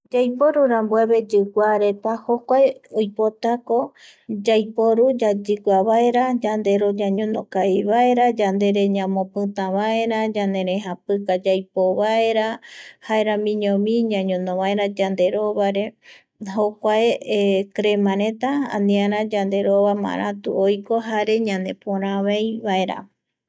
Yaiporurambueve yiguareta jokuae oipotako yaiporu yayigua vaera yandero ñañono kavivaera yandere ñamopitavaera ñanerejapika yaipoo vaera jaeramiñovi ñañono vaera yanderovare jokuae crema reta aniara yanderova maratu oiko jare ñanepora avei vaera